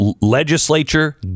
legislature